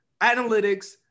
analytics